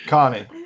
Connie